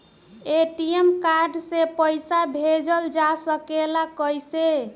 ATM card से पइसा भेजल जा सकेला कइसे?